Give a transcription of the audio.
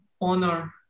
honor